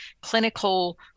clinical